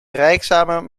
rijexamen